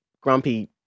grumpy